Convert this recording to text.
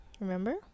Remember